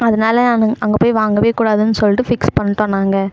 அதனால் நாங்கள் அங்கே போய் வாங்க கூடாதுன்னு சொல்லிட்டு ஃபிக்ஸ் பண்ணிட்டோம் நாங்கள்